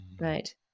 Right